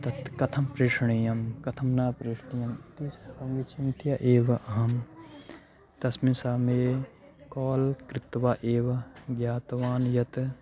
तत् कथं प्रेषणीयं कथं न प्रेषणीयम् इति अहं विचिन्त्य एव अहं तस्मिन् समये काल् कृत्वा एव ज्ञातवान् यत्